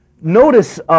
Notice